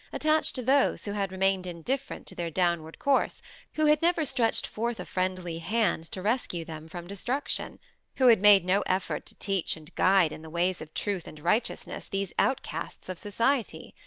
attach to those who had remained indifferent to their downward course who had never stretched forth a friendly hand to rescue them from destruction who had made no effort to teach and guide in the ways of truth and righteousness these outcasts of society?